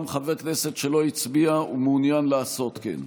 חבר כנסת שלא הצביע ומעוניין לעשות כן.